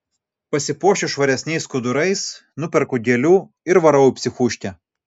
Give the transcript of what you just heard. pasipuošiu švaresniais skudurais nuperku gėlių ir varau į psichuškę